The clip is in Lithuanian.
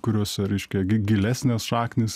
kuriuose reiškia gilesnės šaknys